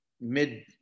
Mid